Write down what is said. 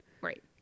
Right